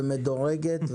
ומדורגת,